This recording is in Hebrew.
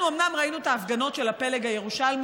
אנחנו אומנם ראינו את ההפגנות של הפלג הירושלמי,